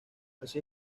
así